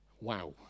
Wow